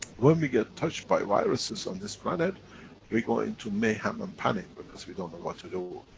when we get touched by viruses on this planet we go into mayhem and panic because we don't know what to do.